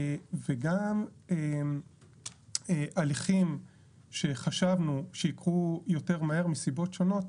וגם הליכים שחשבנו שייקחו יותר מהר מסיבות שונות,